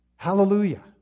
Hallelujah